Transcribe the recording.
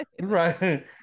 right